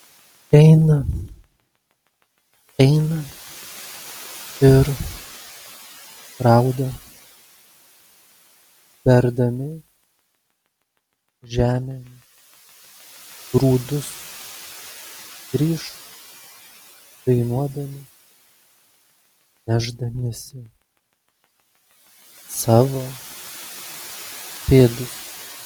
eina eina ir rauda berdami žemėn grūdus grįš dainuodami nešdamiesi savo pėdus